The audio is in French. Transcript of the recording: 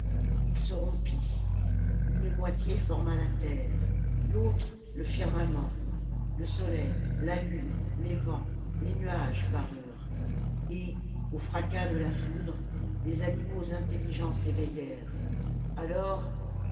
ii se rompit une moitié forma la terre l'autre le firmament le soleil la lune les vents les nuages parurent et au fracas de la foudre les animaux intelliorents s'éveillèrent alors